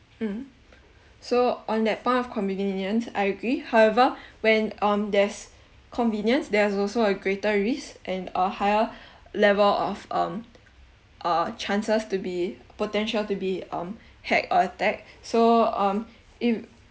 mmhmm so on that point of convenience I agree however when um there's convenience there's also a greater risk and a higher level of um uh chances to be potential to be um hacked or attacked so um if